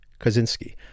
kaczynski